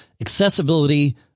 accessibility